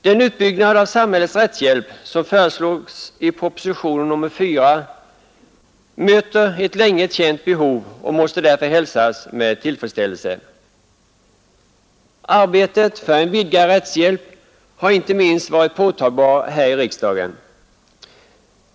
Den utbyggnad av samhällets rättshjälp som föreslås i propositionen 4 möter ett länge känt behov och måste därför hälsas med tillfredsställelse. Arbetet för en vidgad rättshjälp har inte minst här i riksdagen varit påtagbart.